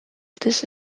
this